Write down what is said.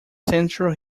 central